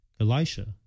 Elisha